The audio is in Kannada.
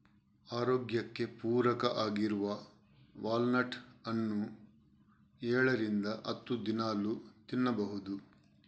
ಆರೋಗ್ಯಕ್ಕೆ ಪೂರಕ ಆಗಿರುವ ವಾಲ್ನಟ್ ಅನ್ನು ಏಳರಿಂದ ಹತ್ತು ದಿನಾಲೂ ತಿನ್ಬಹುದು